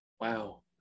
Wow